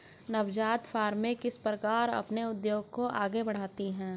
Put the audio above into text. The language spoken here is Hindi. नवजात फ़र्में किस प्रकार अपने उद्योग को आगे बढ़ाती हैं?